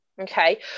okay